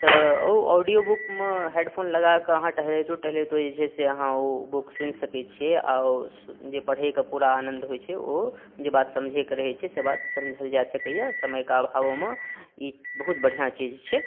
तऽ ओ audio book मे हेडफोन लगाके अहाँ टहलैतो टहलैतो जे छै से अहाँ ओ बुक सुनि सकै छियै आ ओ जे पढ़ै के पूरा आनन्द होइ छै ओ जे बात समझे के रहे छै से बात समझल जा सकैया समय के अभावो मे इ बहुत बढ़िऑं चीज छै